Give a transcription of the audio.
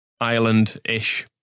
Ireland-ish